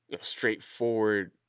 straightforward